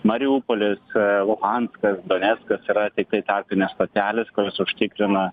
mariupolis luhanskas doneckas yra tiktai tarpinės stotelės kurios užtikrina